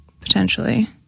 potentially